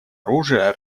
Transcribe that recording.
оружия